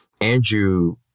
Andrew